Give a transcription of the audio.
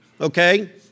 okay